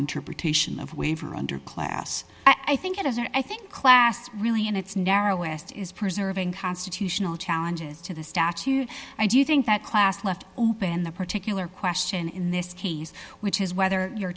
interpretation of waiver under class i think it is or i think last really in its narrowest is preserving constitutional challenges to the statute i do think that class left open the particular question in this case which is whether you're